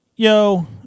Yo